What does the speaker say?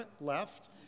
left